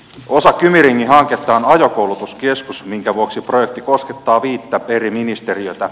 osa kymi ringin hanketta on ajokoulutuskeskus minkä vuoksi projekti koskettaa viittä eri ministeriötä